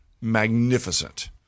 Magnificent